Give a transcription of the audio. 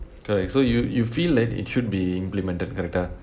okay so you you feel like it should be implemented correct ah